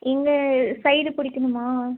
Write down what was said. இங்கே சைடு பிடிக்கணுமா